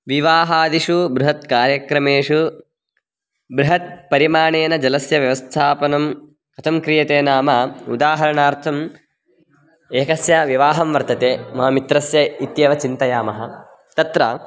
विवाहादिषु बृहत् कार्यक्रमेषु बृहत् परिमाणेन जलस्य व्यवस्थापनं कथं क्रियते नाम उदाहरणार्थम् एकस्य विवाहं वर्तते मम मित्रस्य इत्येव चिन्तयामः तत्र